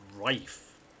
rife